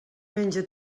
menja